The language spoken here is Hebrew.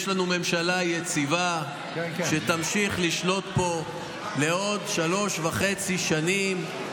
יש לנו ממשלה יציבה שתמשיך לשלוט פה עוד שלוש וחצי שנים.